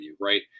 right